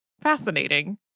fascinating